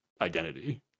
identity